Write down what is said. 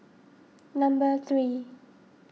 number three